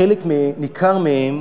חלק ניכר מהם